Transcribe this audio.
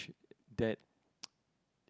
that